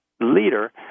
leader